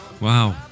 Wow